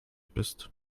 bist